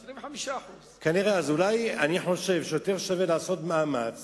25%. אני חושב שיותר שווה לעשות מאמץ